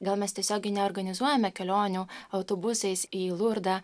gal mes tiesiogiai neorganizuojame kelionių autobusais į lurdą